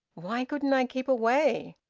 why couldn't i keep away?